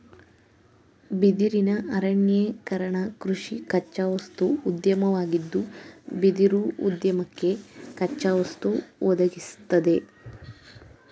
ಬಿದಿರಿನ ಅರಣ್ಯೀಕರಣಕೃಷಿ ಕಚ್ಚಾವಸ್ತು ಉದ್ಯಮವಾಗಿದ್ದು ಬಿದಿರುಉದ್ಯಮಕ್ಕೆ ಕಚ್ಚಾವಸ್ತು ಒದಗಿಸ್ತದೆ